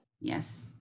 Yes